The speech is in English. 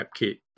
AppKit